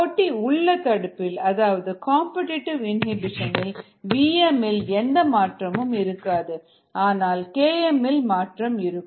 போட்டி உள்ள தடுப்பில் அதாவது காம்படிடிவு இனிபிஷன் இல் vmஇல் எந்த மாற்றமும் இருக்காது ஆனால் km இல் மாற்றம் இருக்கும்